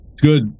good